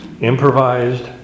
Improvised